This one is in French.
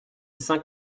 cinq